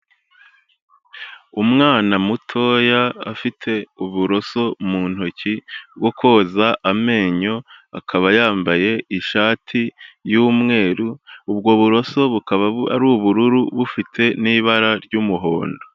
Umwana mutoya afite uburoso mu ntoki bwo koza amenyo akaba yambaye ishati y'umweru, ubwo buroso bukaba ari ubururu bufite n'ibara ry'umuhondo.